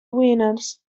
winners